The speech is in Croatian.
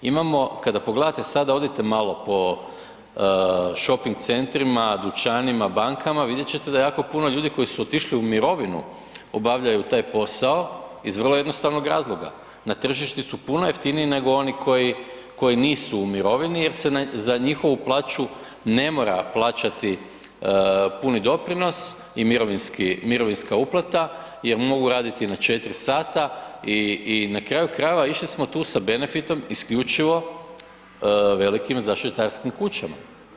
Imamo kada pogledate sada, odite malo po shopping centrima, dućanima, bankama, vidjet ćete da jako puno ljudi koji su otišli u mirovinu obavljaju taj posao iz vrlo jednostavnog razloga, na tržištu su puno jeftiniji nego oni koji nisu u mirovini jer se za njihovu plaću ne mora plaćati puni doprinos i mirovinska uplata jer mogu raditi na 4 sata i na kraju krajeva, išli smo tu sa benefitom isključivo velikim zaštitarskim kućama.